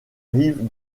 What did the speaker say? rive